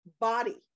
body